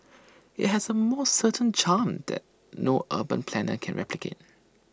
IT has A more certain charm that no urban planner can replicate